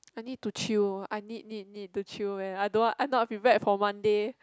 I need to chill I need need need to chill man I don't want I not prepared for Monday